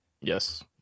Yes